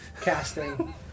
casting